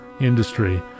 industry